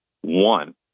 One